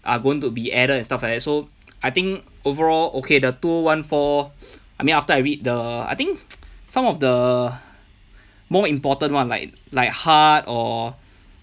are going to be added and stuff like that so I think overall okay the two O one four I mean after I read the I think some of the more important one like like heart or